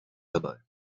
dabei